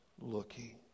looking